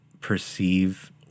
perceive